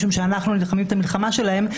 משום שאנחנו נלחמים את המלחמה שלהם.